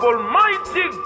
Almighty